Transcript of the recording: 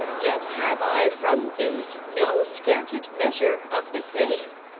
yet have i from zeus no scanted measure of the same,